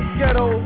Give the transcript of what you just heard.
ghetto